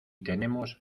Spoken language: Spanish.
tenemos